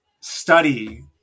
study